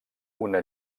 una